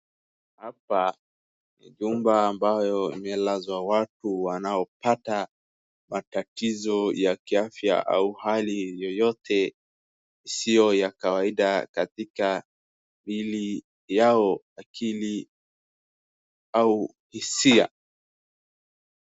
Hapa ni jumba ambayo imelazwa watu wanaopata matatizo ya kiafya au hali yoyote, isiyo ya kawaida katika miili yao, akili au hisia.